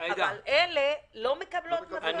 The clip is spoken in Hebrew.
אבל אלה לא מקבלות משכורת ולא מתייחסים אליהן.